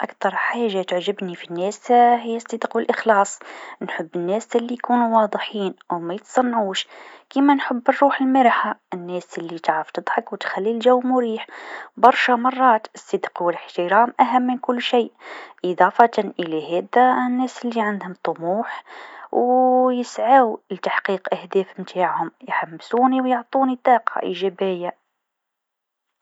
أكثر حاجه تعجبني في الناس هي الصدق و الإخلاص، نحب الناس ليكونو واضحين و ميتصنعوش، كما نحب الروح المرحه الناس لتعرف تضحك و تخلي الجو مريح، برشا مرات الصدق و الإحترام أهم من كل شيء، إضافة على هذا الناس لعندهم طموح و يسعاو لتحقيق الأهداف نتاعهم يحمسوني و يعطوني طاقه إيجابيه.